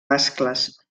ascles